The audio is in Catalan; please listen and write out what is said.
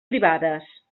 privades